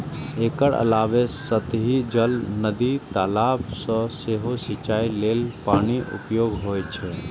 एकर अलावे सतही जल, नदी, तालाब सं सेहो सिंचाइ लेल पानिक उपयोग होइ छै